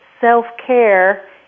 self-care